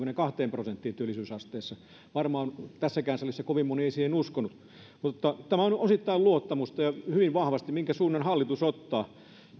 seitsemäänkymmeneenkahteen prosenttiin työllisyysasteessa varmaan tässäkään salissa kovin moni ei siihen uskonut mutta tämä on osittain luottamusta ja riippuu hyvin vahvasti siitä minkä suunnan hallitus ottaa